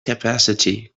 capacity